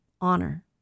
honor